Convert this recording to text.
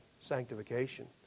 sanctification